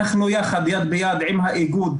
אנחנו ביחד יד ביד עם האיגוד,